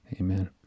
Amen